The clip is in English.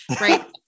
right